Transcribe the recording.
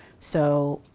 so,